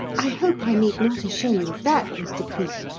i hope i need not assure you of that, mr. cleek.